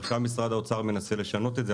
ועכשיו משרד האוצר מנסה לשנות את זה,